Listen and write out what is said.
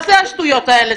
מה זה השטויות האלה?